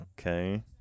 okay